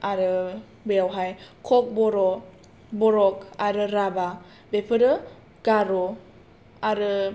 आरो बेवहाय कक बरक आरो राभा बेफोरो गार आरो